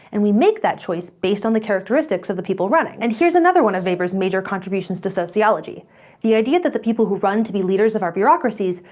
and we make that choice based on the characteristics of the people running. and here's another one of weber's major contributions to sociology the idea that the people who run to be leaders of our bureaucracies,